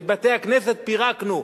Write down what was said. את בתי-הכנסת פירקנו.